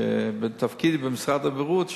בתפקידי במשרד הבריאות,